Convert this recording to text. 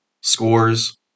scores